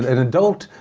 and adult,